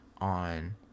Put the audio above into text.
on